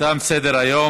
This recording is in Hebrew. תם סדר-היום.